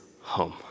home